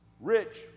rich